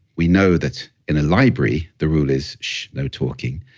we know that in a library, the rule is, shh, no talking,